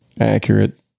Accurate